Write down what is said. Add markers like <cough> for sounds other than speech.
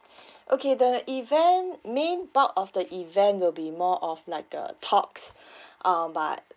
<breath> okay the event main part of the event will be more of like uh talks <breath> um but